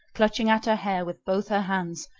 clutching at her hair with both her hands,